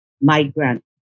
migrant